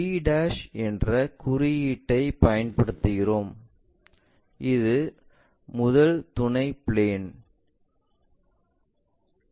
p என்ற குறியீட்டைப் பயன்படுத்துகிறோம் இது முதல் துணை பிளேன்